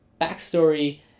backstory